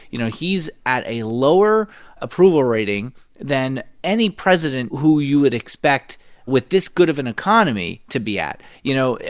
you know, he's at a lower approval rating than any president who you would expect with this good of an economy to be at. you know,